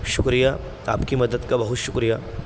شکریہ آپ کی مدد کا بہت شکریہ